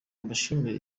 mbashimire